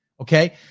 Okay